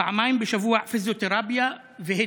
פעמיים בשבוע פיזיותרפיה והידרו,